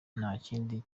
ntakindi